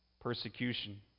persecution